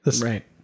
Right